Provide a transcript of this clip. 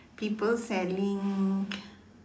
people selling